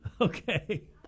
Okay